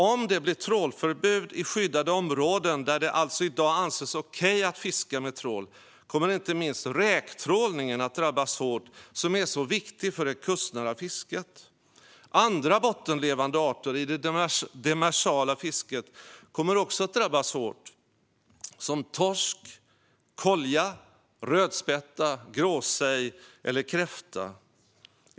Om det blir trålförbud i skyddade områden, där det alltså i dag anses okej att fiska med trål, kommer inte minst räktrålningen, som är så viktig för det kustnära fisket, att drabbas hårt. Andra bottenlevande arter i det demersala fisket, som torsk, kolja, rödspätta, gråsej och kräfta, kommer också att drabbas hårt.